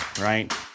right